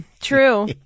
True